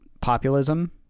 populism